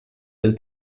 del